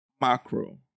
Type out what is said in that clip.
macro